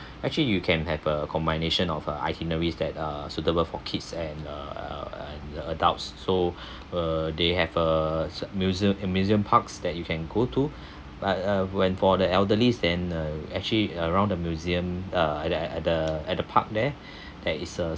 actually you can have a combination of a itineraries that uh suitable for kids and uh uh and the adults so uh they have a s~ museum a museum parks that you can go to but uh when for the elderly then uh actually around the museum uh at at the at the park there there is a